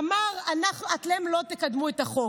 אמר: אתם לא תקדמו את החוק.